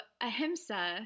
Ahimsa